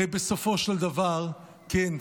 הרי בסופו של דבר, כן,